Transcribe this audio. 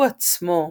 הוא עצמו,